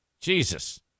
Jesus